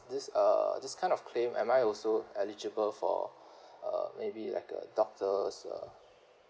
this uh this kind of claim am I also eligible for uh maybe like the doctor's uh